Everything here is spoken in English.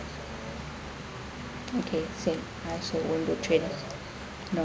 okay same not so on the trading no